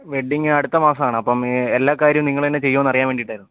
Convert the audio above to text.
wedding അടുത്ത മാസമാണ് അപ്പം എല്ലാ കാര്യവും നിങ്ങൾ തന്നെ ചെയ്യുമോ എന്നറിയാൻ വേണ്ടിയിട്ടായിരുന്നു